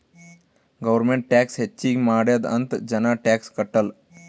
government tax ಹೆಚ್ಚಿಗ್ ಮಾಡ್ಯಾದ್ ಅಂತ್ ಜನ ಟ್ಯಾಕ್ಸ್ ಕಟ್ಟಲ್